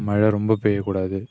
மழை ரொம்ப பெய்யக்கூடாது